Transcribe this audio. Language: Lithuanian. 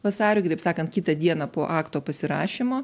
vasario kitaip sakant kitą dieną po akto pasirašymo